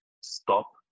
stop